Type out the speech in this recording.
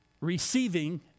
receiving